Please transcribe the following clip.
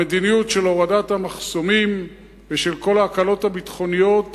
המדיניות של הורדת המחסומים ושל כל ההקלות הביטחוניות